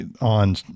on